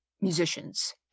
musicians